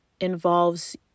involves